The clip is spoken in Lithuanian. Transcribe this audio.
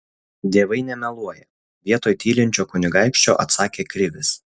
dievai nemeluoja vietoj tylinčio kunigaikščio atsakė krivis